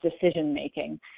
decision-making